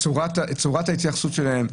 את צורת ההתייחסות שלהם.